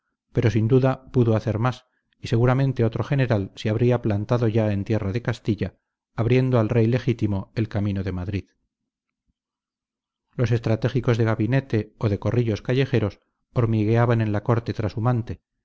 pero sin duda pudo hacer más y seguramente otro general se habría plantado ya en tierra de castilla abriendo al rey legítimo el camino de madrid los estratégicos de gabinete o de corrillos callejeros hormigueaban en la corte trashumante